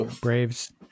Braves